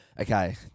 Okay